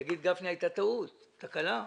לומר שהייתה טעות שהייתה תקלה.